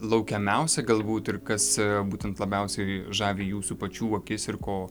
laukiamiausia galbūt ir kas būtent labiausiai žavi jūsų pačių akis ir ko